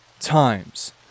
times